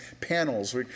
panels